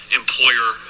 employer